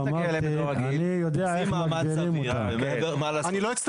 עושים מאמץ סביר ומעבר לזה, מה לעשות?